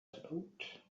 float